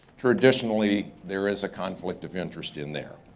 traditionally, there is a conflict of interest in there.